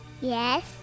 Yes